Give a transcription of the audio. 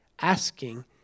asking